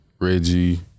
Reggie